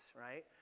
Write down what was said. right